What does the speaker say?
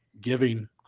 giving –